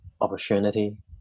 opportunity